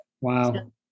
wow